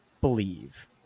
believe